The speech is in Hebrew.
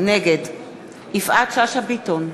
נגד יפעת שאשא ביטון,